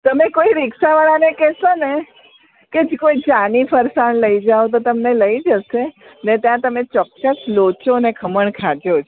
તમે કોઈ રિક્ષાવાળાને કહેશો ને કે કોઈ જાની ફરસાણ લઈ જાવ તો તમને લઈ જશે ને ત્યાં તમે ચોક્કસ લોચો ને ખમણ ખાજો જ